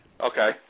Okay